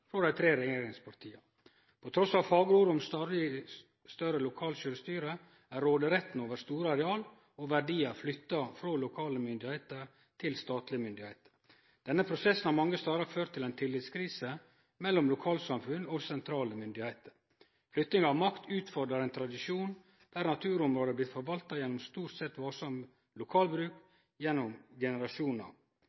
frå dei tre regjeringspartia. Trass i fagre ord om stadig større lokalt sjølvstyre er råderetten over store areal og verdiar flytta frå lokale myndigheiter til statlege myndigheiter. Denne prosessen har mange stader ført til ei tillitskrise mellom lokalsamfunn og sentrale myndigheiter. Flyttinga av makt utfordrar ein tradisjon der naturområde er blitt forvalta gjennom stort sett varsam